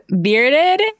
bearded